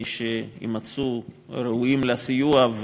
מי שיימצאו ראויים לסיוע,